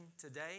today